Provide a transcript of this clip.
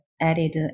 added